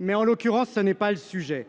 mais tel n’est pas le sujet aujourd’hui.